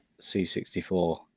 C64